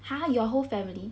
!huh! your whole family